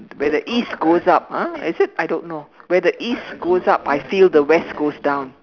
where the east goes up ah is it I don't know where the east goes up I feel the west goes down